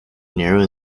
nero